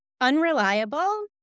Unreliable